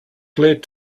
plead